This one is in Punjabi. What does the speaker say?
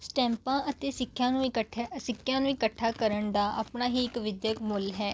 ਸਟੈਂਪਾਂ ਅਤੇ ਸਿੱਖਿਆਂ ਨੂੰ ਇਕੱਠੇ ਸਿੱਕਿਆਂ ਨੂੰ ਇਕੱਠਾ ਕਰਨ ਦਾ ਆਪਣਾ ਹੀ ਇੱਕ ਵਿਦਿਅਕ ਮੁੱਲ ਹੈ